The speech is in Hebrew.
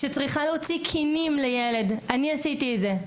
שצריכה להוציא כינים לילד, אני עשיתי את זה.